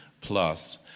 plus